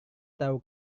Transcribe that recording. tahu